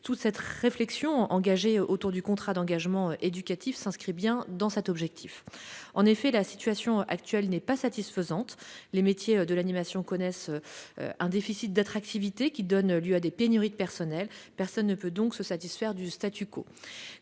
adaptées. La réflexion engagée autour du contrat d'engagement éducatif s'inscrit bien dans cet objectif. En effet, la situation actuelle n'est pas satisfaisante. Les métiers de l'animation connaissent un déficit d'attractivité, qui donne lieu à des pénuries de personnel. Personne ne peut donc se satisfaire du.